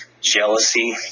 jealousy